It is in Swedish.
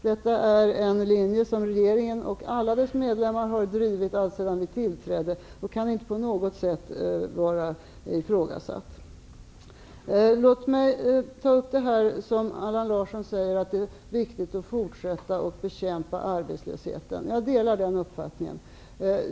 Detta är en linje som regeringen och alla dess medlemmar har drivit alltsedan vi tillträdde, och den kan inte på något sätt vara ifrågasatt. Låt mig ta upp det som Allan Larsson sade om att det är viktigt att fortsätta att bekämpa arbetslösheten. Jag delar den uppfattningen.